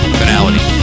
finality